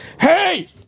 Hey